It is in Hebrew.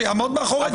שיעמוד מאחורי דבריו.